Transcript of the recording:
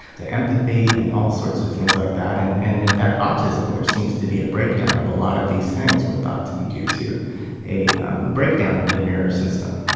to empathy and all sorts of things like that, and and in fact autism, which seems to be a breakdown of a lot of these things that were thought to be due to a breakdown of the mirror system.